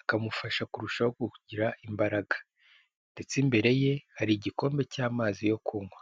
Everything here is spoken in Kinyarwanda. akamufasha kurushaho kugira imbaraga, ndetse imbere ye hari igikombe cy'amazi yo kunywa.